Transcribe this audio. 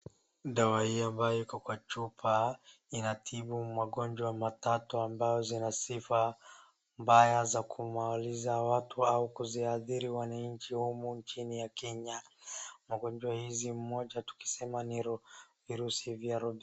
Dawa hii ambayo iko kwa chupa inatibu magonjwa matatu ambazo zina sifa mbaya ya kumaliza watu au kuziadhiri wananchi humu nchini ya Kenya, magonjwa hizi moja tukisema ni virusi vya.